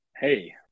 hey